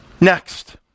Next